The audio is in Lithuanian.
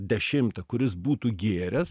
dešimtą kuris būtų gėręs